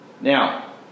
now